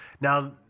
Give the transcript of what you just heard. Now